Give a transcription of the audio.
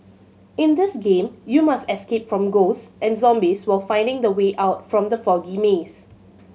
in this game you must escape from ghosts and zombies while finding the way out from the foggy maze